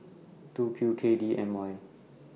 two Q K D M Y